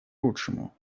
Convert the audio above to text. лучшему